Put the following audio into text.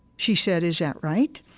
she said, is that right?